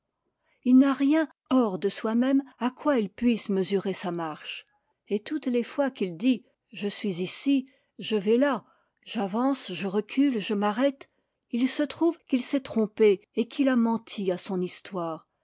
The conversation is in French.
il n'a rien hors de soi-même à quoi il puisse mesurer sa marche et toutes les fois qu'il dit je suis ici je vais là j'avance je recule je m'arrête il se trouve qu'il s'est trompé et qu'il a menti à son histoire